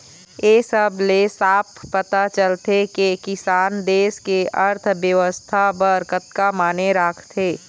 ए सब ले साफ पता चलथे के किसान देस के अर्थबेवस्था बर कतका माने राखथे